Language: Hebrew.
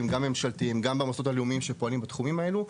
גם ממשלתיים וגם במוסדות הלאומיים שפועלים בתחומים האלה,